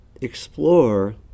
explore